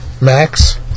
max